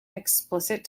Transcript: explicit